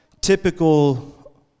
typical